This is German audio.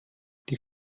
die